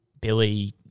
Billy